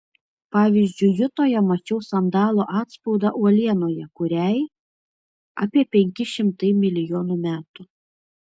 pavyzdžiui jutoje mačiau sandalo atspaudą uolienoje kuriai apie penki šimtai milijonų metų